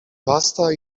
wasta